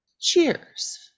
Cheers